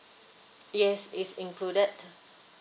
yes it's included